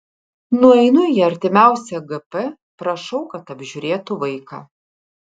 nueinu į artimiausią gp prašau kad apžiūrėtų vaiką